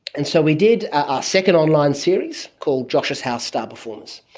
and so we did our second online series called josh's house star performers,